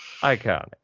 Iconic